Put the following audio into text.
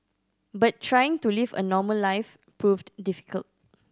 but trying to live a normal life proved difficult